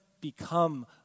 become